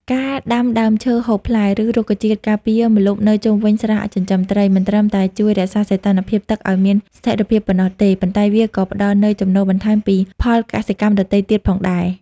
ការដាំដើមឈើហូបផ្លែ ឬរុក្ខជាតិការពារម្លប់នៅជុំវិញស្រះចិញ្ចឹមត្រី មិនត្រឹមតែជួយរក្សាសីតុណ្ហភាពទឹកឱ្យមានស្ថិរភាពប៉ុណ្ណោះទេ ប៉ុន្តែវាក៏ផ្ដល់នូវចំណូលបន្ថែមពីផលកសិកម្មដទៃទៀតផងដែរ។